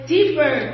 Deeper